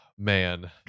Man